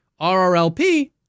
RRLP